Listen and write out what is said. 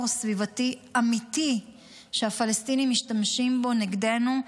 סביבתי אמיתי שהפלסטינים משתמשים בו נגדנו,